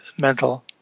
mental